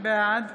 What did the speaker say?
בעד